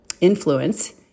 influence